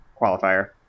Qualifier